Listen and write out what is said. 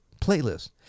playlist